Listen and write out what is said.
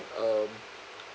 um